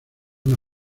una